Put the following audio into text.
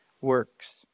works